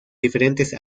diferentes